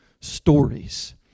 stories